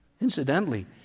Incidentally